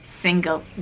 single